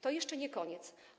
To jeszcze nie koniec.